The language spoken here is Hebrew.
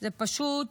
זה פשוט